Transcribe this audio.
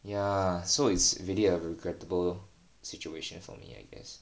ya so it's really a regrettable situation for me I guess